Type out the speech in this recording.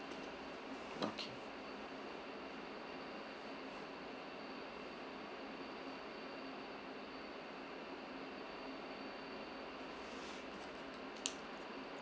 okay